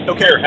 Okay